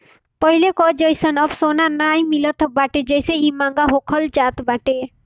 पहिले कअ जइसन अब सोना नाइ मिलत बाटे जेसे इ महंग होखल जात बाटे